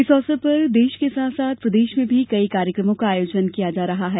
इस अवसर पर देश के साथ साथ प्रदेश में भी कार्यक्रमों का आयोजन किया जा रहा है